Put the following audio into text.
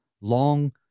long